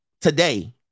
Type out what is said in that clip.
today